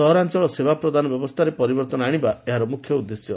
ସହରାଅଳ ସେବା ପ୍ରଦାନ ବ୍ୟବସ୍କାରେ ପରିବର୍ଭନ ଆଶିବା ଏହାର ମୁଖ୍ୟ ଉଦ୍ଦେଶ୍ୟ